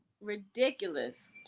Ridiculous